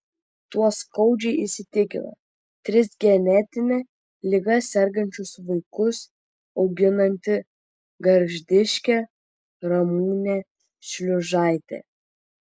tuo skaudžiai įsitikino tris genetine liga sergančius vaikus auginanti gargždiškė ramunė šliuožaitė